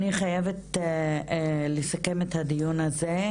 אוקיי, אני חייבת לסכם את הדיון הזה.